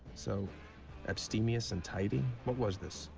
so abstemious and tidy? what was this?